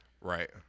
right